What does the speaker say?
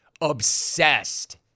Obsessed